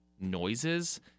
noises